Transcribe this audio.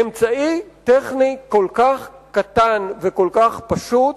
אמצעי טכני כל כך קטן וכל כך פשוט